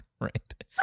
Right